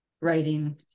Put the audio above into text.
writing